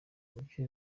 buke